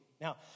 Now